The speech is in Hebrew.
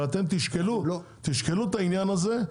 אבל אתם תשקלו את העניין הזה,